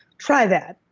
try that.